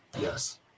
yes